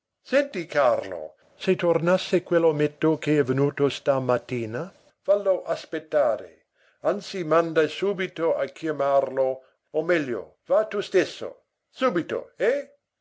senti carlo se tornasse quell'ometto che è venuto stamattina fallo aspettare anzi manda subito a chiamarlo o meglio va tu stesso subito eh